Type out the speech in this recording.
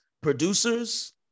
producers